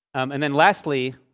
and then lastly,